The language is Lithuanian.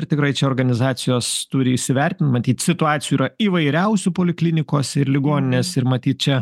ir tikrai čia organizacijos turi įsivertint matyt situacijų yra įvairiausių poliklinikos ir ligoninės ir matyt čia